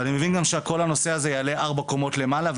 ואני מבין שכל הנושא הזה יעלה ארבע קומות למעלה,